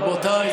רבותיי,